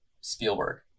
Spielberg